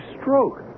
stroke